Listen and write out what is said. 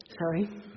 sorry